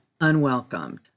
unwelcomed